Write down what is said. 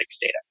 data